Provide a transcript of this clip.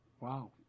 wow